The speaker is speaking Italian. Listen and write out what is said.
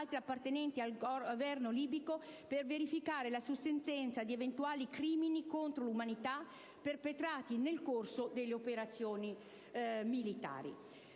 altri appartenenti al Governo libico, per verificare la sussistenza di eventuali crimini contro l'umanità perpetrati nel corso delle operazioni militari,